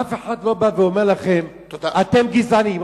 אף אחד לא בא ואומר לכם: אתם גזענים.